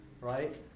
right